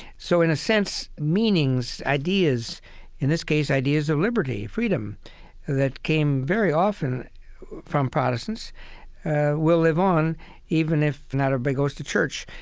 so in a sense, meanings, ideas in this case, ideas of liberty, freedom that came very often from protestants will live on even if not everybody but goes to church.